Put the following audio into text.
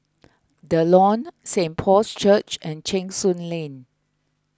the Lawn Saint Paul's Church and Cheng Soon Lane